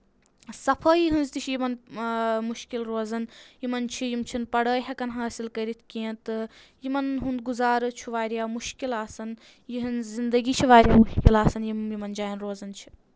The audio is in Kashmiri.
صفٲیی ہٕنٛز تہِ چھِ یِمَن مُشکِل روزان یِمَن چھِ یِم چھِنہٕ پَڑٲے ہؠکان حٲصِل کٔرِتھ کینٛہہ تہٕ یِمَن ہُنٛد گُزارٕ چھُ واریاہ مُشکِل آسان یِہٕنٛز زندگی چھِ واریاہ مُشکل آسان یِم یِمَن جایَن روزان چھِ